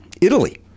Italy